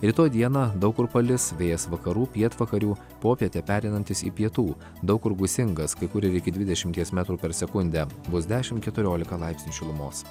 rytoj dieną daug kur palis vėjas vakarų pietvakarių popietę pereinantis į pietų daug kur gūsingas kai kur ir iki dvidešimties metrų per sekundę bus dešim keturiolika laipsnių šilumos